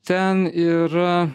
ten yra